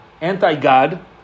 anti-God